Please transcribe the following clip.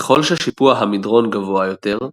ככל ששיפוע המדרון גבוה יותר,